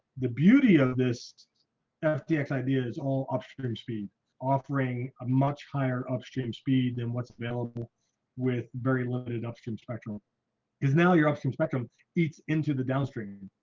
the beauty of this f dx idea is all up speed offering a much higher upstream speed than what's available with very limited upstream spectrum is now your upstream spectrum eats into the downstream,